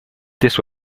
this